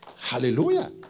Hallelujah